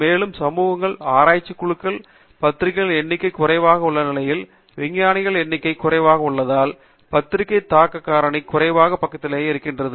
மேலும் சமூகங்களில் ஆராய்ச்சிக் குழுக்கள் பத்திரிகைகளின் எண்ணிக்கை குறைவாக உள்ள நிலையில் விஞ்ஞானிகளின் எண்ணிக்கை குறைவாக உள்ளதால் பத்திரிக்கை தாக்கக் காரணி குறைந்த பக்கத்திலேயே இருக்கின்றது